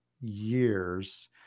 years